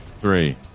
three